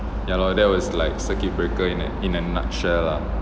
ya lor that was like circuit breaker in a in a nutshell lah